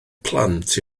plant